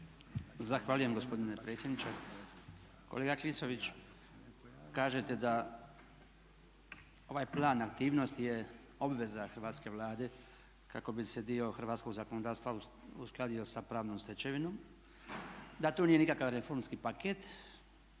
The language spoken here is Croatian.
Zahvaljujem gospodine predsjedniče. Kolega Klisović, kažete da ovaj Plan aktivnosti je obveza hrvatske Vlade kako bi se dio hrvatskog zakonodavstva uskladio sa pravnom stečevinom, da to nije nikakav reformski paket,